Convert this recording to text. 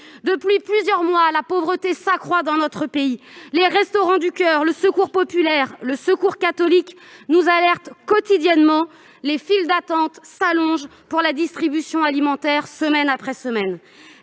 Depuis plusieurs mois, la pauvreté s'accroît dans notre pays. Les Restos du coeur, le Secours populaire, le Secours catholique nous alertent quotidiennement : les files d'attente s'allongent devant les distributions alimentaires, semaine après semaine.